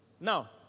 Now